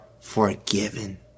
forgiven